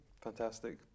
Fantastic